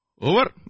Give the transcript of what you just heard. over